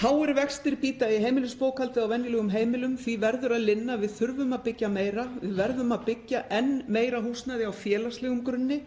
Háir vextir bíta í heimilisbókhaldið á venjulegum heimilum. Því verður að linna. Við þurfum að byggja meira, við verðum að byggja enn meira húsnæði á félagslegum grunni